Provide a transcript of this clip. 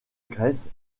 grèce